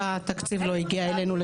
התקציב לא הגיע אלינו,